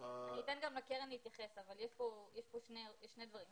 אני אתן גם לקרן להתייחס אבל יש כאן שני דברים.